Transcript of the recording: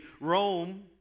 Rome